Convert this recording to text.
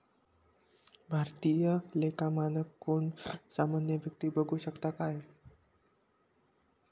भारतीय लेखा मानक कोण पण सामान्य व्यक्ती बघु शकता काय?